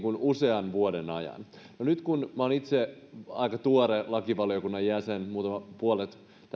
usean vuoden ajan no nyt kun minä olen itse aika tuore lakivaliokunnan jäsen olen puolet